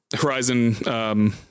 Horizon